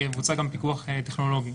יבוצע גם פיקוח טכנולוגי.